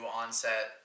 onset